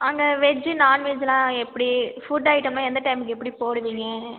அங்கே வெஜ்ஜு நாண் வெஜ்ஜுலாம் எப்படி ஃபுட் ஐட்டம்லாம் எந்த டைம்க்கு எப்படி போடுவீங்க